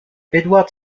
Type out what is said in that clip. edward